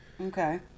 Okay